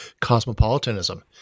cosmopolitanism